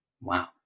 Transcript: Wow